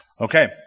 Okay